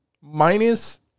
Minus